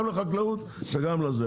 גם לחקלאות וגם לזה.